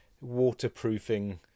waterproofing